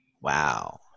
Wow